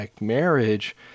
marriage